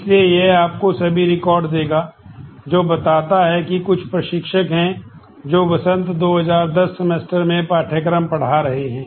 इसलिए यह आपको सभी रिकॉर्ड देगा जो बताता है कि कुछ प्रशिक्षक हैं जो वसंत 2010 सेमेस्टर में पाठ्यक्रम पढ़ा रहे हैं